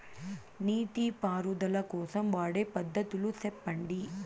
నీటి పారుదల కోసం వాడే పద్ధతులు సెప్పండి?